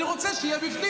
אני רוצה שהוא יהיה בפנים,